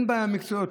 אין בעיה עם מקצועיות.